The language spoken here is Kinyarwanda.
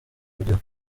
urugero